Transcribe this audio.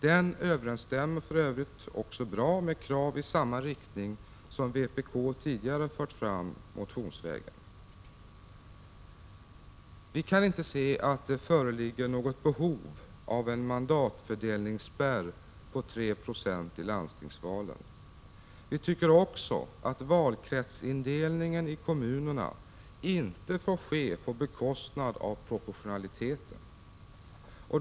Den överensstämmer för övrigt också bra med de krav i samma riktning som vpk tidigare har fört fram motionsvägen. Vi kan inte se att det föreligger något behov av en mandatfördelningsspärr på 3 96 i landstingsvalen. Vi tycker också att valkretsindelningen i kommunerna inte får ske på bekostnad av proportionaliteten.